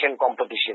competition